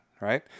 right